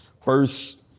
first